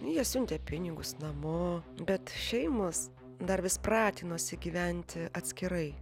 jie siuntė pinigus namo bet šeimos dar vis pratinosi gyventi atskirai